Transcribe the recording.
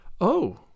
Oh